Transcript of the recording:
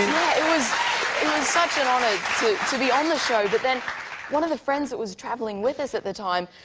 was such an honor to be on the show, but then one of the friends that was traveling with us at the time,